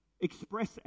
express